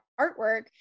artwork